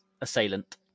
Assailant